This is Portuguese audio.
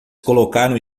colocaram